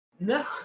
No